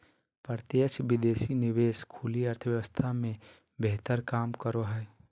प्रत्यक्ष विदेशी निवेश खुली अर्थव्यवस्था मे बेहतर काम करो हय